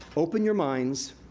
open your minds,